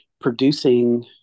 producing